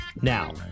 Now